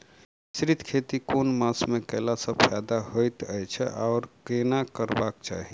मिश्रित खेती केँ मास मे कैला सँ फायदा हएत अछि आओर केना करबाक चाहि?